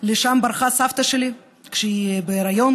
לשם ברחה סבתא שלי כשהיא בהיריון,